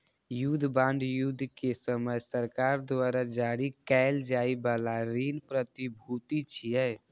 युद्ध बांड युद्ध के समय सरकार द्वारा जारी कैल जाइ बला ऋण प्रतिभूति छियै